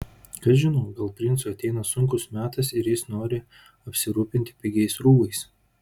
kas žino gal princui ateina sunkus metas ir jis nori apsirūpinti pigiais rūbais